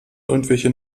irgendwelche